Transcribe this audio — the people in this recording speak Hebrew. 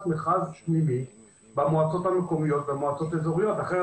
מכרז פנימי במועצות המקומיות ובמועצות האזוריות אחרת